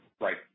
Right